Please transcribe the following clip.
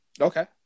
Okay